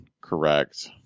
correct